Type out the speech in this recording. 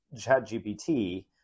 ChatGPT